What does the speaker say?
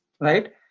Right